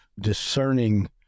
discerning